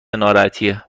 ناراحتیه